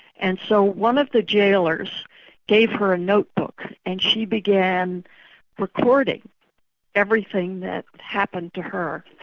and so one of the jailers gave her a notebook and she began recording everything that happened to her,